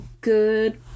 good